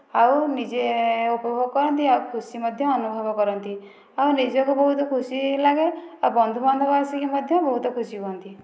ଆଉ ନିଜେ ଉପଭୋଗ କରନ୍ତି ଆଉ ଖୁସି ମଧ୍ୟ ଅନୁଭବ କରନ୍ତି ଆଉ ନିଜକୁ ବହୁତ ଖୁସି ଲାଗେ ଆଉ ବନ୍ଧୁ ବାନ୍ଧବ ଆସିକି ମଧ୍ୟ ବହୁତ ଖୁସି ହୁଅନ୍ତି